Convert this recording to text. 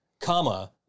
comma